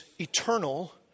eternal